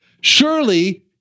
Surely